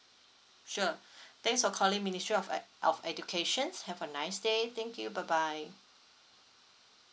sure thanks for calling ministry of e~ of educations have a nice day thank you bye bye